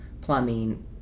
plumbing